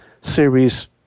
series